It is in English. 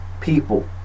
people